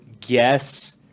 guess